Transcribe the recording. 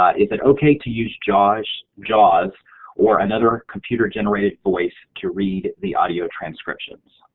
um is it okay to use jaws jaws or another computer generated voice to read the audio transcriptions?